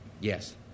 Yes